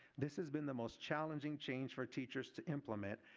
this has been the most challenging change for teachers to implement.